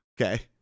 Okay